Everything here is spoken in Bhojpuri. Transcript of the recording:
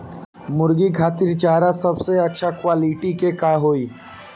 मुर्गी खातिर चारा सबसे अच्छा क्वालिटी के का होई?